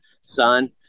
son